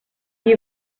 you